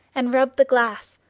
and rub the glass,